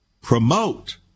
promote